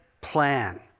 plan